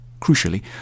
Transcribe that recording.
Crucially